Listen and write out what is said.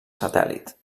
satèl·lit